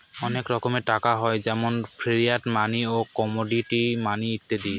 অনেক রকমের টাকা হয় যেমন ফিয়াট মানি, কমোডিটি মানি ইত্যাদি